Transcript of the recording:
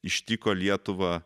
ištiko lietuvą